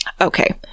okay